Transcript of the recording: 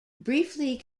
briefly